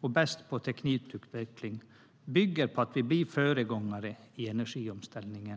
och vara bäst på teknikutveckling bygger det på att vi blir föregångare i energiomställningen.